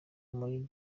muri